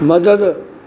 मदद